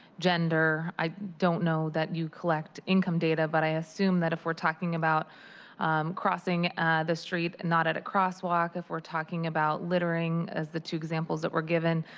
gender, i don't know that you collect income data, but i assume if we're talking about crossing the street and not at a crosswalk if we're talking about littering as the two examples that were given.